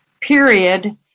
period